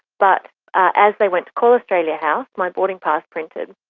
but as they went to call australia house my boarding pass printed,